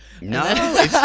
No